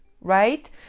right